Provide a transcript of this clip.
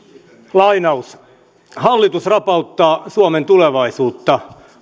lainaus hallitus rapauttaa suomen tulevaisuutta